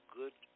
good